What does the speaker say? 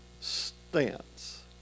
stance